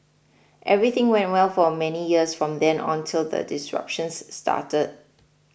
everything went well for many years from then on till the disruptions started